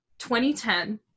2010